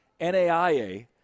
NAIA